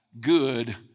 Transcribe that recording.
Good